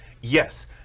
Yes